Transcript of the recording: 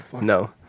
No